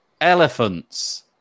elephants